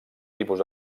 tipus